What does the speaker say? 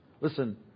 Listen